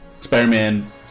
Spider-Man